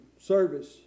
service